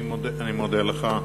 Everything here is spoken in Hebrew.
אני מודה לך.